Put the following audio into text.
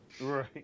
Right